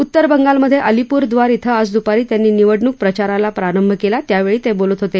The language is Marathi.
उत्तर बंगालमधे अलीपुरद्वार क्वें आज दुपारी त्यांनी निवडणूक प्रचाराला प्रारंभ केला त्यावेळी ते बोलत होते